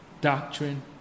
Doctrine